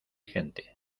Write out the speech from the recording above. gente